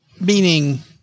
Meaning